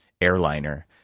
airliner